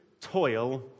toil